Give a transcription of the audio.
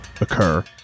occur